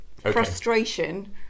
frustration